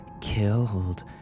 killed